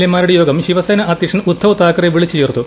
A മാരുടെ യോഗം ശിവസേനാ അധ്യക്ഷൻ ഉദ്ധവ് താക്കറെ വിളിച്ചുചേർത്തു